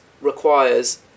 requires